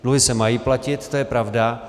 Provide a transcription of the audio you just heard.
Dluhy se mají platit, to je pravda.